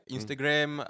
Instagram